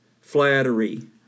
flattery